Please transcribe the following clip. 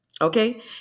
okay